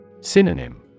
Synonym